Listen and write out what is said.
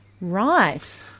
Right